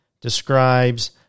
describes